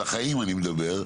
לחיים אני מדבר,